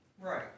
Right